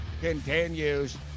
continues